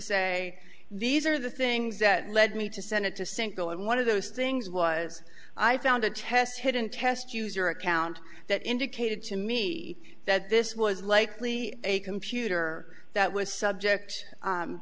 say these are the things that lead me to send it to sink go and one of those things was i found a test hidden test user account that indicated to me that this was likely a computer that was subject